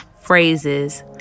phrases